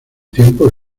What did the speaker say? tiempos